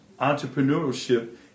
entrepreneurship